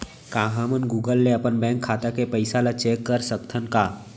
का हमन गूगल ले अपन बैंक खाता के पइसा ला चेक कर सकथन का?